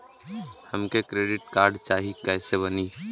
हमके credit card चाही कैसे बनी?